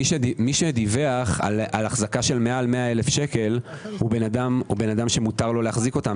מי שדיווח על החזקה של מעל 100,000 שקל הוא אדם שמותר להחזיק אותם.